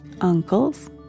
uncles